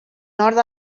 nord